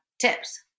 Tips